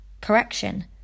correction